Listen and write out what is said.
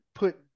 Put